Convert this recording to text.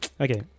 Okay